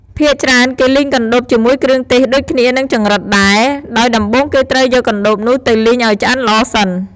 ភាគច្រើន គេលីងកណ្ដូបជាមួយគ្រឿងទេសដូចគ្នានឹងចង្រិតដែរ ដោយដំបូងគេត្រូវយកកណ្តូបនោះទៅលីងឱ្យឆ្អិនល្អសិន។